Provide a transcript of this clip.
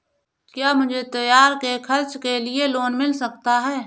क्या मुझे त्योहार के खर्च के लिए लोन मिल सकता है?